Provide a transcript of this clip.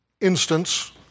instance